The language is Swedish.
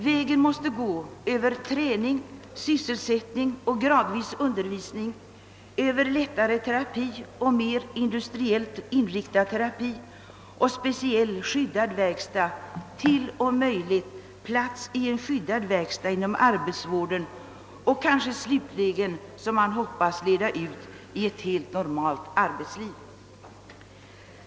Vägen måste gå över träning, sysselsättning och gradvis utvecklad undervisning, över lättare terapi, mer industriellt inriktad terapi och speciellt skyddad verkstad till, om möjligt, plats i skyddad verkstad inom arbetsvården och kanske slutligen, som man hoppas, leda ut i ett helt normalt arbetsliv.